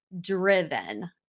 driven